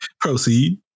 Proceed